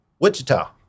Wichita